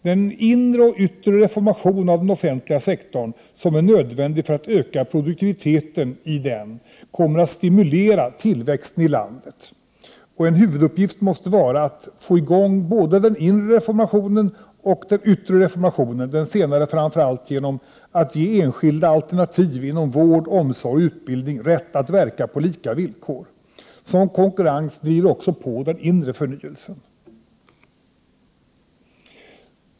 Den inre och den yttre reformationen av den offentliga sektorn, som är nödvändig för att öka produktiviteten, kommer att stimulera tillväxten i landet. En huvuduppgift måste vara att få i gång både den inre reformationen och den yttre reformationen. Den yttre reformationen framför allt genom att ge enskilda alternativ inom vård, omsorg och utbildning rätt att verka på lika villkor. Sådan konkurrens blir det också på den inre förnyelsen.